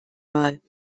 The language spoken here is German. mal